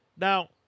Now